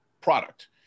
product